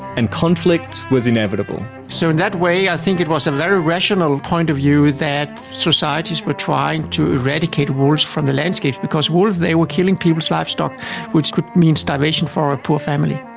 and conflict was inevitable. so in that way i think it was a very rational point of view that societies were trying to eradicate wolves from the landscape because wolves, they were killing people's livestock which could mean starvation for a poor family.